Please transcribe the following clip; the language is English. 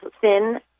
thin